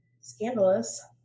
scandalous